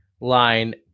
line